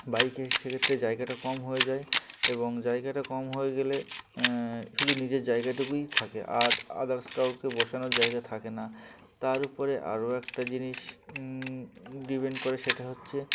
বাইকে সেক্ষেত্রে জায়গাটা কম হয়ে যায় এবং জায়গাটা কম হয়ে গেলে শুধু নিজের জায়গাটুকুই থাকে আর আদার্স কাউকে বসানোর জায়গা থাকে না তার উপরে আরও একটা জিনিস ডিপেন্ড করে সেটা হচ্ছে